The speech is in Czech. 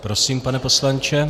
Prosím, pane poslanče.